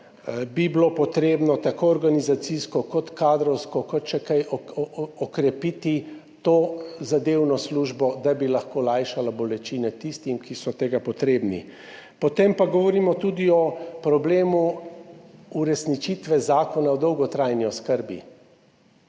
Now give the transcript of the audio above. bi bilo potrebno tako organizacijsko kot kadrovsko, kot še kaj okrepiti tozadevno službo, da bi lahko lajšala bolečine tistim, ki so tega potrebni. Potem pa govorimo tudi o problemu uresničitve Zakona o dolgotrajni oskrbi.